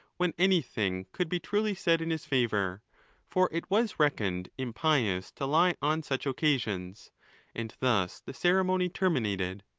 when anything could be truly said in his favour for it was reckoned impious to lie on such occasions and thus the ceremony terminated.